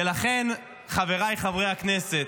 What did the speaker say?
ולכן, חבריי חברי הכנסת,